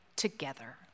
together